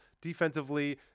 defensively